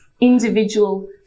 individual